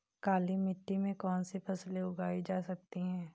काली मिट्टी में कौनसी फसलें उगाई जा सकती हैं?